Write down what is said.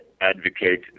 advocate